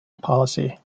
policy